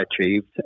achieved